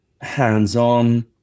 hands-on